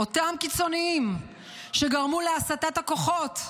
אותם קיצוניים שגרמו להסטת הכוחות,